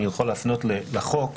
אני יכול להפנות לחוק,